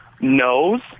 knows